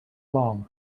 long